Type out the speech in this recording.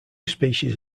species